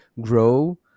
grow